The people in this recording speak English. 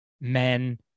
men